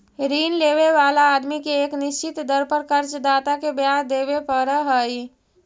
ऋण लेवे वाला आदमी के एक निश्चित दर पर कर्ज दाता के ब्याज देवे पड़ऽ हई